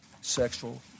sexual